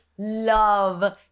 love